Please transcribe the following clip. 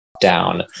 down